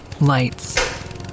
Lights